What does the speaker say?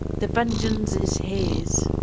the vengeance is his!